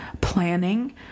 planning